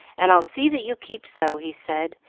and i'll see that you keep so, he said,